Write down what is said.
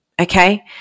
Okay